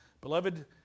Beloved